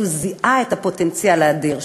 הוא זיהה את הפוטנציאל האדיר.